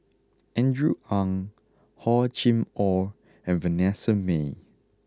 Andrew Ang Hor Chim Or and Vanessa Mae